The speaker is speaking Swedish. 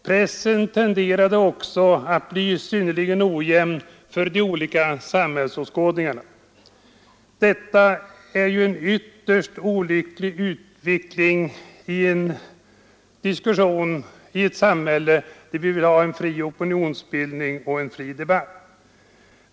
Pressen tenderade också ' att bli synnerligen ”ojämn” för de olika samhällsåskådningarna. Detta är en ytterst olycklig utveckling i ett samhälle där vi vill ha fri opinionsbildning och debatt.